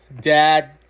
dad